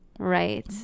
Right